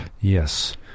Yes